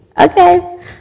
okay